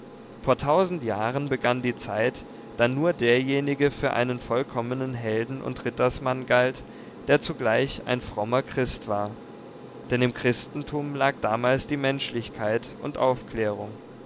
vor tausend jahren begann die zeit da nur derjenige für einen vollkommenen helden und rittersmann galt der zugleich ein frommer christ war denn im christentum lag damals die menschlichkeit und aufklärung